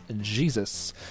Jesus